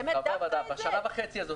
באמת דווקא את זה?